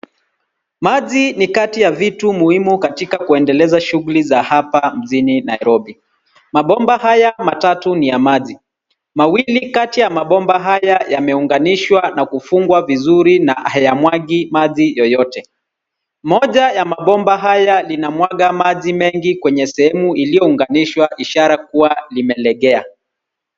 Maji ni kati ya vitu muhimu katika kuendeleza shughuli za hapa mjini Nairobi. Mabomba haya matatu ni ya maji. Mawili kati ya mabomba haya yameunganishwa na kufungwa vizuri na hayamwagi maji yoyote. Moja ya mabomba haya linamwaga maji mengi kwenye sehemu iliyounganishwa ishara kuwa limelegea.